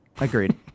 Agreed